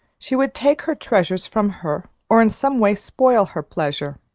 she would take her treasures from her or in some way spoil her pleasure.